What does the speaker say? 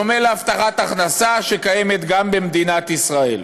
בדומה להבטחת הכנסה שקיימת גם במדינת ישראל